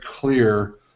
clear